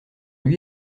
lui